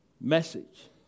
message